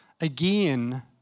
again